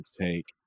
take